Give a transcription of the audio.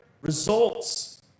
results